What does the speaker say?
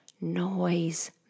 noise